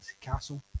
castle